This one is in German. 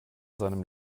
seinem